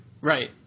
Right